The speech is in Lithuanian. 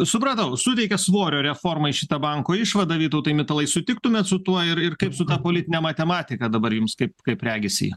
supratau suteikia svorio reformai šita banko išvada vytautai mitalai sutiktumėt su tuo ir ir kaip su ta politine matematika dabar jums kaip kaip regis ji